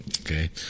Okay